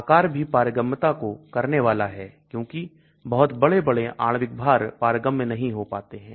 आकार भी पारगम्यता को करने वाला है क्योंकि बहुत बड़े आणविक भार पारगम्य नहीं हो पाते हैं